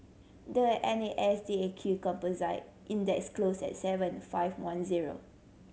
the N A S D A Q Composite Index closed at seven five one zero